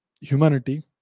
humanity